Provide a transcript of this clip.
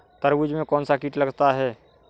तरबूज में कौनसा कीट लगता है?